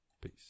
Peace